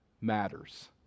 matters